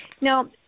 Now